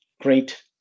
great